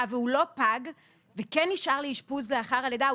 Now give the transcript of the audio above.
והוא לא פג והוא כן נשאר לאשפוז לאחר הלידה,